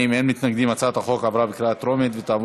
להעביר את הצעת חוק הביטוח הלאומי (תיקון,